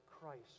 Christ